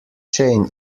chain